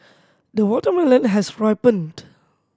the watermelon has ripened